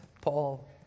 Paul